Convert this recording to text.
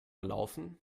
laufen